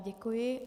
Děkuji.